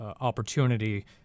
opportunity